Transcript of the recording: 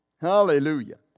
Hallelujah